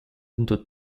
into